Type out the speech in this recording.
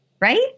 Right